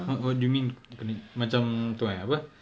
what what do you mean kena macam tu eh apa